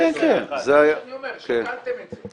זה מה שאני אומר, שקלתם את זה?